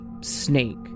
snake